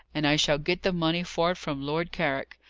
and i shall get the money for it from lord carrick.